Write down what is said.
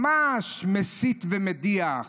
ממש מסית ומדיח,